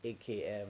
M_K_M